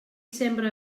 sembra